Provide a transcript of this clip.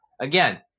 again